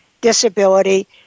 disability